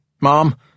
Mom